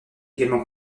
également